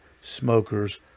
Smokers